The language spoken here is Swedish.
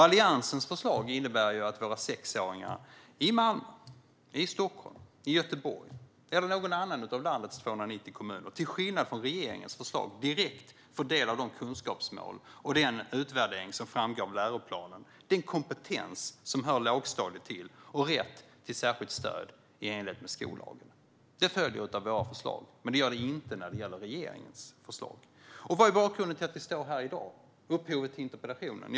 Alliansens förslag innebär till skillnad från regeringens att våra sexåringar i Malmö, Stockholm, Göteborg eller någon annan av landets 290 kommuner direkt får del av de kunskapsmål och den utvärdering som framgår av läroplanen - den kompetens som hör lågstadiet till - och rätt till särskilt stöd i enlighet med skollagen. Det följer av våra förslag, men det gör det inte av regeringens förslag. Vad är bakgrunden till att vi står här i dag - upphovet till interpellationen?